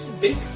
big